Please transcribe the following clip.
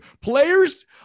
players